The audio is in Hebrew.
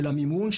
של המימון,